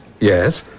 Yes